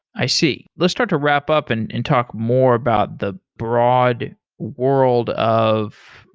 i see. let's start to wrap up and and talk more about the broad world of,